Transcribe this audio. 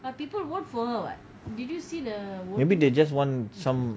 maybe they just want some